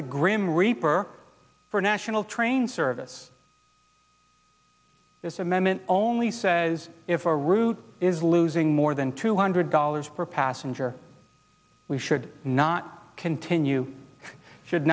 the grim reaper for national train service this amendment only says if a route is losing more than two hundred dollars per passenger we should not continue should